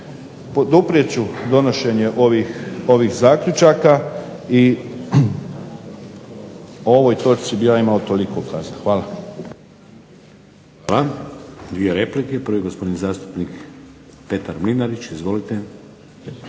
Poduprijet ću donošenje ovih zaključaka i o ovoj točci bih ja imao toliko kazati. Hvala.